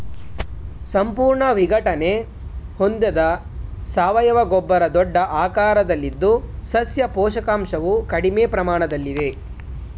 ಸಂಪೂರ್ಣ ವಿಘಟನೆ ಹೊಂದಿದ ಸಾವಯವ ಗೊಬ್ಬರ ದೊಡ್ಡ ಆಕಾರದಲ್ಲಿದ್ದು ಸಸ್ಯ ಪೋಷಕಾಂಶವು ಕಡಿಮೆ ಪ್ರಮಾಣದಲ್ಲಿದೆ